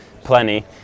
plenty